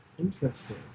Interesting